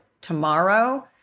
tomorrow